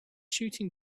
shooting